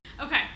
Okay